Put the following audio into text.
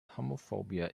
homophobia